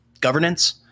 governance